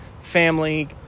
family